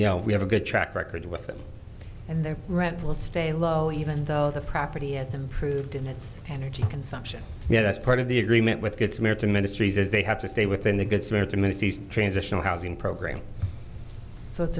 yeah we have a good track record with them and their rent will stay low even though the property has improved in its energy consumption yeah that's part of the agreement with good samaritan ministries is they have to stay within the good samaritan ministries transitional housing program so it's